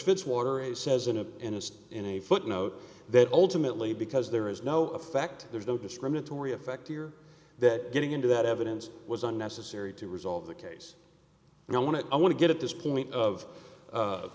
fitzwater it says in an innocence in a footnote that ultimately because there is no effect there's no discriminatory effect here that getting into that evidence was unnecessary to resolve the case and i want to i want to get at this point of